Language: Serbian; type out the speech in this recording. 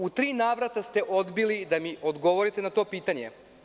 U tri navrata ste odbili da mi odgovorite na to pitanje.